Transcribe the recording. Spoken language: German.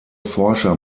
forscher